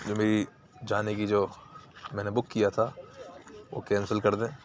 جو میری جانے کی جو میں نے بک کیا تھا وہ کینسل کر دیں